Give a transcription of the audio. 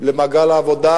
למעגל העבודה,